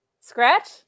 Scratch